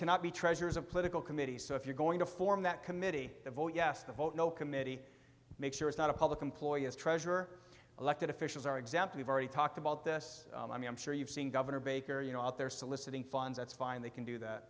cannot be treasures of political committees so if you're going to form that committee to vote yes to vote no committee make sure it's not a public employee as treasurer elected officials are example we've already talked about this i mean i'm sure you've seen governor baker you know out there soliciting funds that's fine they can do that